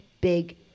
big